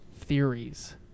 Theories